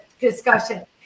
discussion